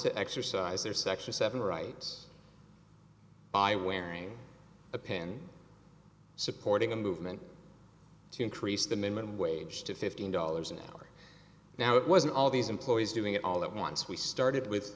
to exercise their section seven rights by wearing a pin supporting a movement to increase the minimum wage to fifteen dollars an hour now it wasn't all these employees doing it all at once we started with